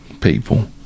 people